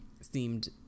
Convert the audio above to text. seemed